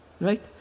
Right